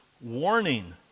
warning